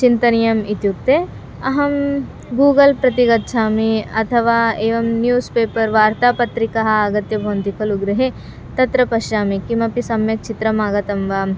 चिन्तनीयम् इत्युक्ते अहं गूगल् प्रति गच्छामि अथवा एवं न्यूस् पेपर् वार्तापत्रिकाः आगत्य भवन्ति खलु गृहे तत्र पश्यामि किमपि सम्यक् चित्रम् आगतं वा